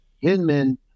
Hinman